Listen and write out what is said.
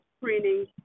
screening